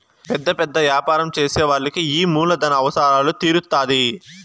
పెద్ద పెద్ద యాపారం చేసే వాళ్ళకి ఈ మూలధన అవసరాలు తీరుత్తాధి